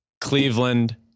Cleveland